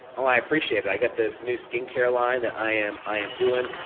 um i appreciate it. i got this new skincare line that i am i am doing.